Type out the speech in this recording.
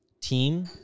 team